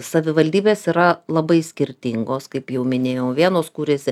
savivaldybės yra labai skirtingos kaip jau minėjau vienos kūrėsi